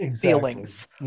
feelings